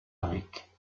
avec